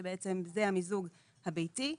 שבעצם זה המיזוג הביתי,